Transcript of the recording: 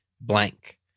blank